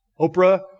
Oprah